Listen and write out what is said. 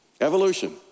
Evolution